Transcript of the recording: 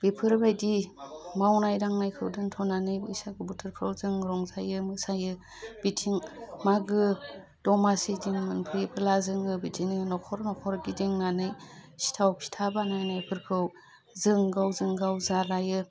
बेफोरबायदि मावनाय दांनायखौ दोनथ'नानै बैसागु बोथोरफ्राव जों रंजायो मोसायो बिथिं मागो दमासि दिन मोनफैब्ला जोङो बिदिनो न'खर न'खर गिदिंनानै सिथाव फिथा बानायनायफोरखौ जों गावजों गाव जालायो